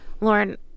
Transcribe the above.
Lauren